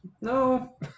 No